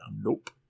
Nope